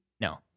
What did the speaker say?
No